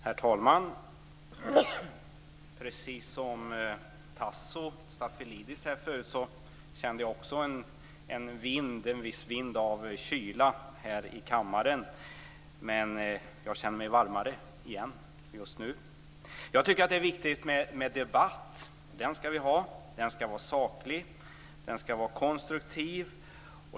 Herr talman! Precis som Tasso Stafilidis förut sade kände också jag en viss vind av kyla här i kammaren, men jag känner mig varmare igen just nu. Jag tycker att det är viktigt med debatt. Vi ska ha en debatt. Den ska vara saklig och konstruktiv.